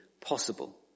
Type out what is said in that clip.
possible